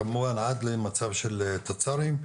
כמובן עד למצב של תצ"רים.